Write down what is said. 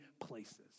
places